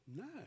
no